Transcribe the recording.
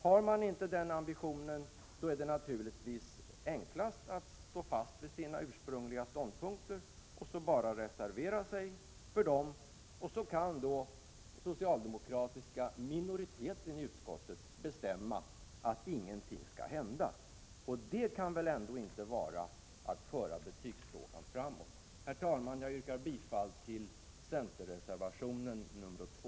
Har man inte den ambitionen, är det naturligtvis enklast att stå fast vid sina ursprungliga ståndpunkter och bara reservera sig för dem, och så kan den socialdemokratiska minoriteten i utskottet bestämma att ingenting skall hända. Det kan väl ändå inte vara att föra betygsfrågan framåt? Herr talman! Jag yrkar bifall till centerreservationen nr 2.